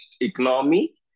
economy